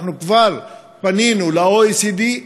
כבר פנינו ל-OECD,